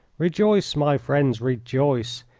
rejoice, my friends, rejoice!